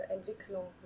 Entwicklung